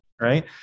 right